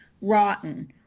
rotten